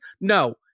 no